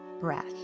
breath